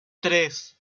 tres